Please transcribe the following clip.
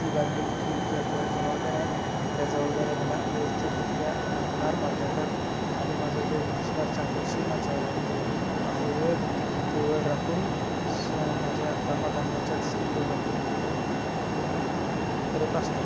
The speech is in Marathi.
ती बांधिलकीच्या ज्या जबाबदाऱ्या आहेत त्या जबाबदाऱ्या मला व्यवस्थितरीत्या पार पाडता येतात आणि माझा जो मार्शल आर्टचा प्रशिक्षणाचा जो आहे वेळ ती वेळ राखून स्य माझ्या कामात आणि याच्यात समतोल राखून ती मी पूर्ण करत असतो